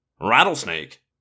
Rattlesnake